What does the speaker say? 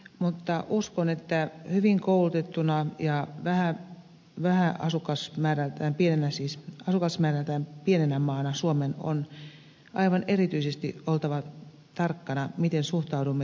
mutta uskon että hyvin koulutettuna ja asukasmäärältään pienenä maana suomen on aivan erityisesti oltava tarkkana miten suhtaudumme toisiimme